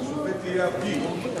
והשופט יהיה הפיל.